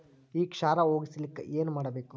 ಈ ಕ್ಷಾರ ಹೋಗಸಲಿಕ್ಕ ಏನ ಮಾಡಬೇಕು?